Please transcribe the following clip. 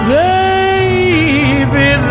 baby